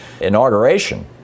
inauguration